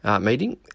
Meeting